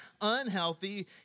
unhealthy